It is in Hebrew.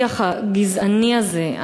השיח הגזעני הזה,